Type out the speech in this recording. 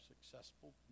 successful